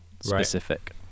specific